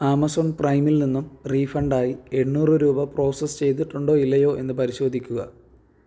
Amazon പ്രൈമിൽ നിന്നും റീഫണ്ടായി എണ്ണൂറ് രൂപ പ്രോസസ്സ് ചെയ്തിട്ടുണ്ടോ ഇല്ലയോ എന്ന് പരിശോധിക്കുക